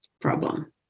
problem